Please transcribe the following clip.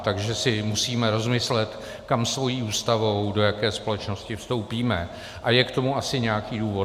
Takže si musíme rozmyslet, kam svou Ústavou, do jaké společnosti vstoupíme, a je k tomu asi nějaký důvod.